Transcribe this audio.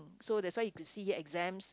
so that's why you could see exams